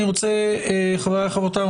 חבריי וחברותיי,